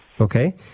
Okay